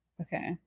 Okay